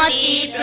ah e